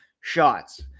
shots